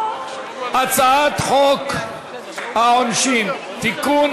הצעת חוק העונשין (תיקון,